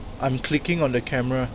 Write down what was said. I'm clicking on the camera